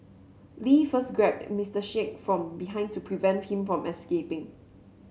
Lee first grabbed Mister Sheikh from behind to prevent him from escaping